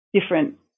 different